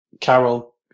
Carol